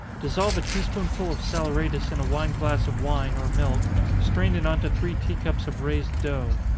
dissolve a tea-spoonful of saleratus in a wine glass of wine, or milk strain it on to three tea-cups of raised dough.